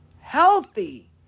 healthy